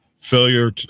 failure